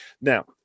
now